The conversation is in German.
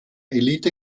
elite